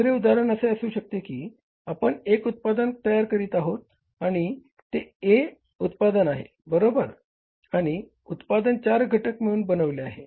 दुसरे उदाहरण असे असू शकते की आपण एक उत्पादन तयार करीत आहोत आणि ते A हे उत्पादन आहे बरोबर आणि हे उत्पादन चार घटक मिळूवुन बनविले आहे